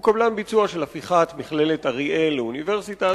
הוא קבלן ביצוע של הפיכת מכללת אריאל לאוניברסיטה.